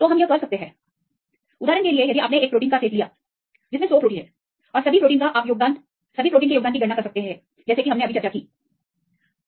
तो हम संबंधित कर सकते हैं उदाहरण के लिए यदि आपने उदाहरण के लिए प्रोटीन का सेट लिया है उदाहरण के लिए 100 प्रोटीन का सभी 100 प्रोटीन मे आप सभी योगदानों की गणना करते हैं अब जैसा कि हमने अभी चर्चा की है